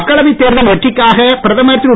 மக்களவைத் தேர்தல் வெற்றிக்காக பிரதமர் திரு